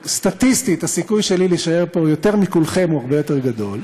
שסטטיסטית הסיכוי שלי להישאר פה יותר מכולכם הוא הרבה יותר גדול,